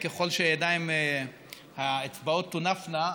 ככל שהידיים והאצבעות תונפנה,